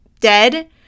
dead